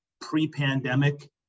Pre-pandemic